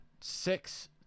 Six